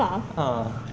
a'ah